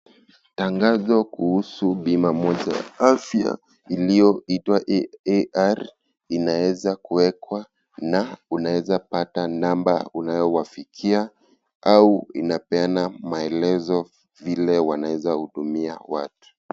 Tangazo kuhusu bima moja ya afya iliyoitwa AR inaeza kuwekwa na unaeza pata namba unao wafikia au inapeana maelezo vile wanaeza huduma watu.